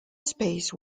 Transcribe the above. space